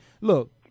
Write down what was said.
Look